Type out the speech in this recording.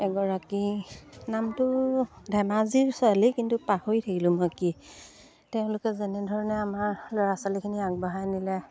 এগৰাকী নামটো ধেমাজিৰ ছোৱালী কিন্তু পাহৰি থাকিলো মই কি তেওঁলোকে যেনেধৰণে আমাৰ ল'ৰা ছোৱালীখিনি আগবঢ়াই নিলে